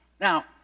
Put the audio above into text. Now